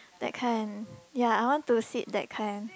that kind ya I want to sit that kind